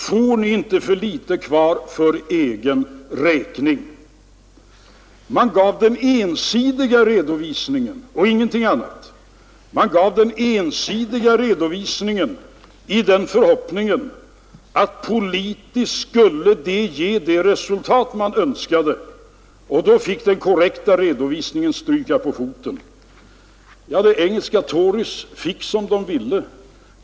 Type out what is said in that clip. Får ni inte för litet kvar för egen räkning? Man gav denna ensidiga redovisning och ingenting annat. Man gjorde det i förhoppningen att det politiskt skulle ge det resultat man önskade. Då fick den korrekta redovisningen stryka på foten. Det engelska torypartiet fick som de ville.